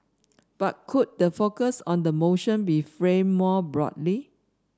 but could the focus on the motion be framed more broadly